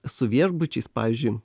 su viešbučiais pavyzdžiui